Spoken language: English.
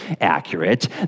accurate